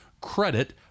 Credit